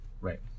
Right